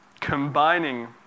Combining